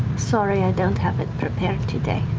sorry, i don't have it prepared today.